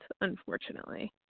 unfortunately